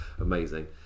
Amazing